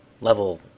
level